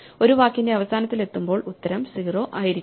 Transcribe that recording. ഒരു വാക്കിന്റെ അവസാനത്തിൽ എത്തുമ്പോൾ ഉത്തരം 0ആയിരിക്കണം